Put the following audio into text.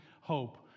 hope